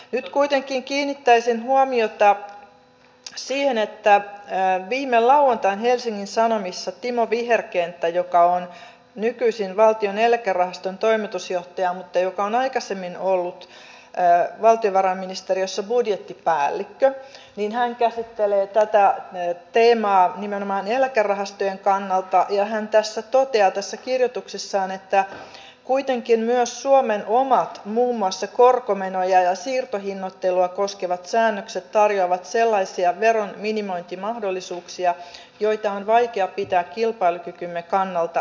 nyt kuitenkin kiinnittäisin huomiota siihen että viime lauantain helsingin sanomissa timo viherkenttä joka on nykyisin valtion eläkerahaston toimitusjohtaja mutta joka on aikaisemmin ollut valtiovarainministeriössä budjettipäällikkö käsittelee tätä teemaa nimenomaan eläkerahastojen kannalta ja hän toteaa tässä kirjoituksessaan että kuitenkin myös suomen omat muun muassa korkomenoja ja siirtohinnoittelua koskevat säännökset tarjoavat sellaisia veronminimointimahdollisuuksia joita on vaikea pitää kilpailukykymme kannalta tarpeellisina